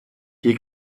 hier